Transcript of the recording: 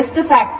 414 ಎಂದಾಗುತ್ತದೆ